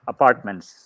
Apartments